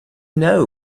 know